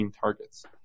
targets